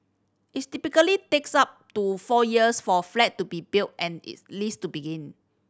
it typically takes up to four years for a flat to be built and its lease to begin